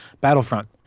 Battlefront